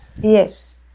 Yes